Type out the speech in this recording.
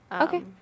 Okay